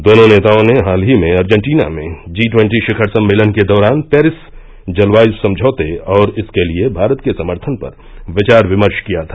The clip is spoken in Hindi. दोनों नेताओं ने हाल ही में अर्जेटीना में जी ट्वेन्टी शिखर सम्मेलन के दौरान पेरिस जलवाय समझौते और इसके लिए भारत के समर्थन पर विचार विमर्श किया था